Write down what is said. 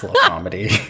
comedy